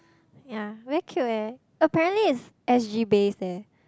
yea very cute leh apparently it's S_G based leh